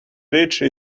reached